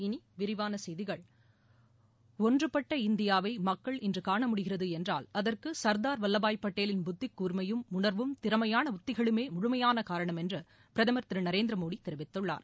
இனி விரிவான செய்திகள் ஒன்றுபட்ட இந்தியாவை மக்கள் இன்று காணமூடிகிறது என்றால் அதற்கு சா்தார் வல்லபாய் படேலின் புத்தி கூர்மையும் உணர்வும் திறமையாள உத்திகளுமே முழுமையாள காரணம் என்று பிரதம் திரு நரேந்திரமோடி தெரிவித்துள்ளார்